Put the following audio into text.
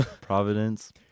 providence